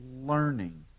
learning